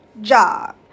job